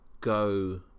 go